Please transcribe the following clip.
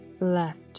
left